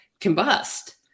combust